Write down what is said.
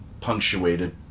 punctuated